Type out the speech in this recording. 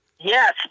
yes